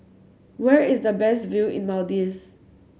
where is the best view in Maldives